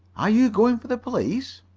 are you going for the police?